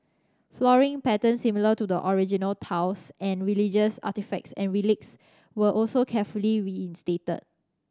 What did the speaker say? flooring patterns similar to the original tiles and religious artefacts and relics were also carefully reinstated